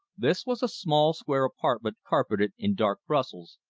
this was a small square apartment carpeted in dark brussels,